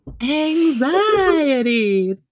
Anxiety